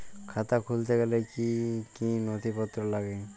খাতা খুলতে গেলে কি কি নথিপত্র লাগে?